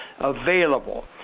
available